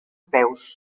peus